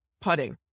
putting